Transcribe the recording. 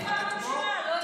איפה הקואליציה?